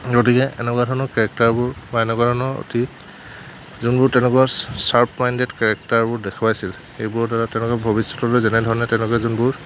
গতিকে এনেকুৱা ধৰণৰ কেৰেক্টাৰবোৰ এনেকুৱা ধৰণৰ অতি যোনবোৰ তেনেকুৱা শ্ৱাৰ্প মাইণ্ডেড কেৰেক্টাৰবোৰ দেখুৱাইছিল সেইবোৰৰ দ্বাৰা তেনেকুৱা ভৱিষ্যতলৈ যেনে ধৰণে তেওঁলোকে যোনবোৰ